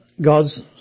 God's